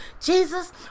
Jesus